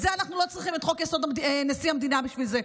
אנחנו לא צריכים את חוק-יסוד: נשיא המדינה בשביל זה.